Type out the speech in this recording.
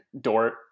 Dort